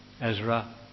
Ezra